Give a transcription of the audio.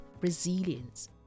resilience